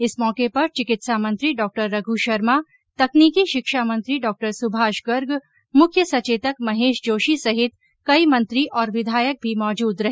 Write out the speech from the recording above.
इस मौके पर चिकित्सा मंत्री डॉ रघ्र शर्मा तकनीकी शिक्षा मंत्री डॉ सुभाष गर्ग मुख्य सचेतक महेश जोशी सहित कई मंत्री और विधायक भी मौजूद रहे